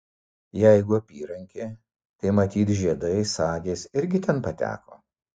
jeigu apyrankė tai matyt žiedai sagės irgi ten pateko